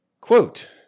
quote